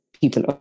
people